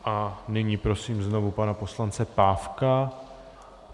A nyní prosím znovu pana poslance Pávka.